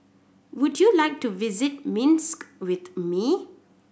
would you like to visit Minsk with me